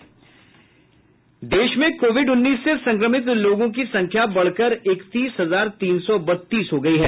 इधर देश में कोविड उन्नीस से संक्रमित लोगों की संख्या बढ़कर इकतीस हजार तीन सौ बत्तीस हो गई है